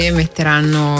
metteranno